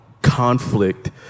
conflict